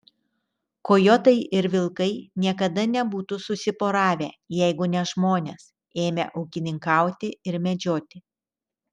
kojotai ir vilkai niekada nebūtų susiporavę jeigu ne žmonės ėmę ūkininkauti ir medžioti